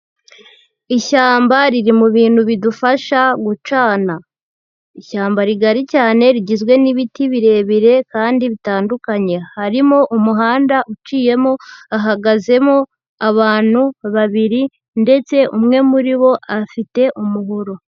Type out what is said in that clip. Ishyamba riri mu bintu bidufasha gucana, ishyamba rigari cyane rigizwe n'ibiti birebire kandi bitandukanye, harimo umuhanda uciyemo hahagazemo abantu babiri ndetse umwe muri bo afite umuhoro.